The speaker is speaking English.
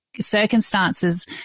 circumstances